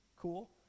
cool